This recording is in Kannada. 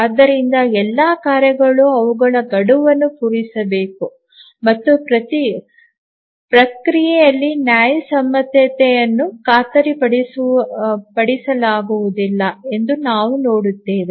ಆದ್ದರಿಂದ ಎಲ್ಲಾ ಕಾರ್ಯಗಳು ಅವುಗಳ ಗಡುವನ್ನು ಪೂರೈಸಬೇಕು ಮತ್ತು ಪ್ರಕ್ರಿಯೆಯಲ್ಲಿ ನ್ಯಾಯಸಮ್ಮತತೆಯನ್ನು ಖಾತರಿಪಡಿಸಲಾಗುವುದಿಲ್ಲ ಎಂದು ನಾವು ನೋಡುತ್ತೇವೆ